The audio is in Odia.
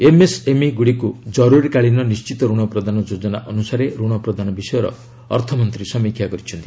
ଏମ୍ଏସ୍ଏମ୍ଇ ଗୁଡ଼ିକୁ ଜରୁରୀକାଳୀନ ନିର୍ଣ୍ଣିତ ରଣ ପ୍ରଦାନ ଯୋଜନା ଅନୁସାରେ ଋଣ ପ୍ରଦାନ ବିଷୟର ଅର୍ଥମନ୍ତ୍ରୀ ସମୀକ୍ଷା କରିଛନ୍ତି